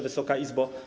Wysoka Izbo!